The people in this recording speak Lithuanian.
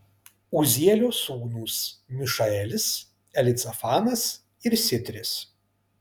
uzielio sūnūs mišaelis elicafanas ir sitris